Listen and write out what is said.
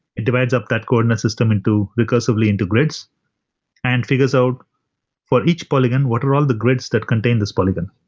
it divides up that coordinate system into recursively into grids and figures out for each polygon what are all the grids that contain this polygon?